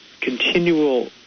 continual